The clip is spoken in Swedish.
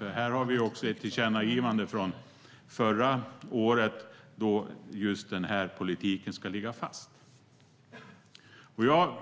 Vi har ju också ett tillkännagivande från förra året om att just den här politiken ska ligga fast. Jag